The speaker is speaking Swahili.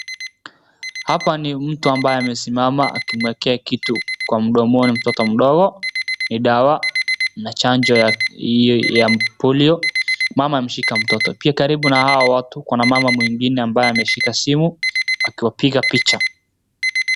Hapa ni mtu ambayo amesimama akimwekea kitu kwa mdomoni mtoto mdogo, ni dawa na chanjo ya polio , mama ameshika mtoto, pia karibu na hawa watu, kuna mama mwingine ambayo ameshika simu akiwapiga picha.